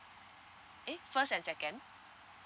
eh first and second